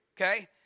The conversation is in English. okay